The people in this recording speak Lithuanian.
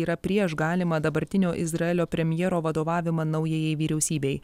yra prieš galimą dabartinio izraelio premjero vadovavimą naujajai vyriausybei